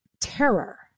terror